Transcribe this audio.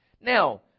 Now